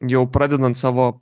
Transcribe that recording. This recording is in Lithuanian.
jau pradedant savo